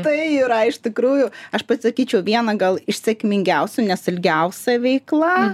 tai yra iš tikrųjų aš pasakyčiau viena gal iš sėkmingiausių nes ilgiausia veikla